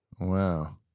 Wow